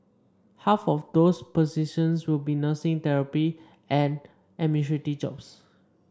half of those positions will be nursing therapy and administrative jobs